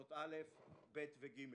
- כיתות א', ב' ו-ג'.